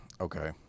okay